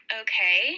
okay